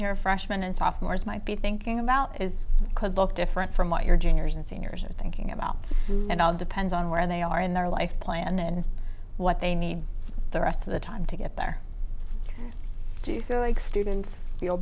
your freshmen and sophomores might be thinking about is could look different from what your juniors and seniors and thinking about it all depends on where they are in their life plan and what they need the rest of the time to get there do you feel like students feel